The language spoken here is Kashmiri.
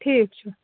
ٹھیٖک چھُ